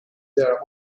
their